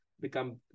become